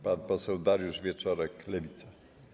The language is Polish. Pan poseł Dariusz Wieczorek, Lewica.